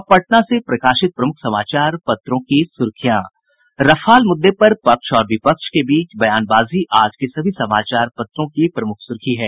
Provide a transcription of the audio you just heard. अब पटना से प्रकाशित प्रमुख समाचार पत्रों की सुर्खियां रफाल मुद्दे पर पक्ष और विपक्ष के बीच बयानबाजी आज के सभी समाचार पत्रों की प्रमुख सुर्खी है